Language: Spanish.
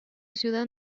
ciudad